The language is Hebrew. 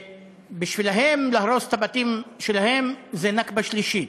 ובשבילם להרוס את הבתים שלהם זה נכבה שלישית.